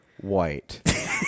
white